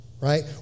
Right